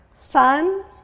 Fun